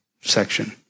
section